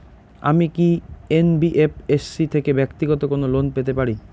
আমি কি এন.বি.এফ.এস.সি থেকে ব্যাক্তিগত কোনো লোন পেতে পারি?